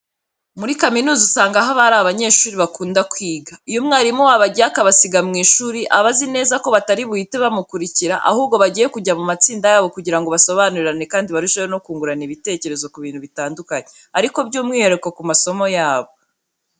Muri kaminuza usanga haba hari abanyeshuri bakunda kwiga. Iyo umwarimu wabo agiye akabasiga mu ishuri, aba azi neza ko batari buhite bamukurikira ahubwo bagiye kujya mu matsinda yabo kugira ngo basobanurirane kandi barusheho no kungurana ibitekerezo ku bintu bitandukanye ariko by'umwihariko ku masomo yabo.